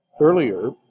earlier